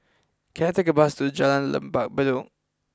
can I take a bus to Jalan Lembah Bedok